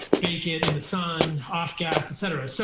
bake it in the sun off gas, et cetera. so